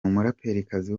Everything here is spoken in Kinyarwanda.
umuraperikazi